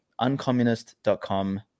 uncommunist.com